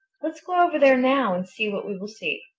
let's go over there now and see what we will see.